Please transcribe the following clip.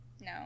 No